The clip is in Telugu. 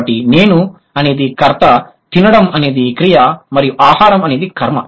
కాబట్టి నేను అనేది కర్త తినడం అనేది క్రియ మరియు ఆహారం అనేది కర్మ